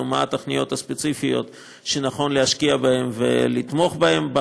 מה התוכניות הספציפיות שנכון להשקיע בהן ולתמוך בהן,